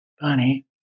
Bunny